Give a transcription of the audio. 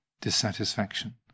dissatisfaction